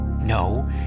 No